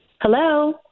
Hello